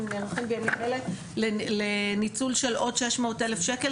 אנחנו נערכים בימים אלה לניצול של עוד 600 אלף ₪,